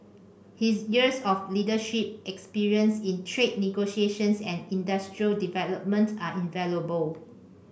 his years of leadership experience in trade negotiations and industrial development are invaluable